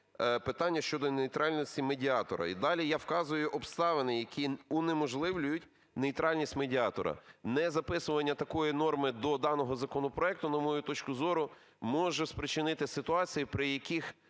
питання щодо нейтральності медіатора". І далі я вказую обставини, які унеможливлюють нейтральність медіатора. Незаписуваннятакої норми до даного законопроекту, на мою точку зору, може спричинити ситуації, при яких